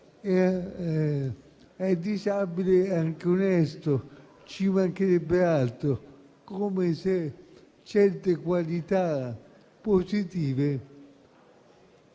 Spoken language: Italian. è disabile, ma anche onesto e ci mancherebbe altro. Come se certe qualità positive